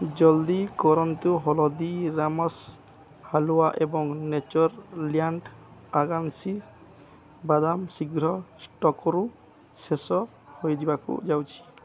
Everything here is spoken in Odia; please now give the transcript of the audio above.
ଜଲ୍ଦି କରନ୍ତୁ ହଳଦୀରାମ୍ସ୍ ହାଲୁଆ ଏବଂ ନେଚର୍ଲ୍ୟାଣ୍ଡ୍ ଆର୍ଗାନିକ୍ସ ବାଦାମ ଶୀଘ୍ର ଷ୍ଟକ୍ରୁ ଶେଷ ହୋଇଯିବାକୁ ଯାଉଛି